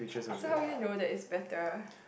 so how you know that is better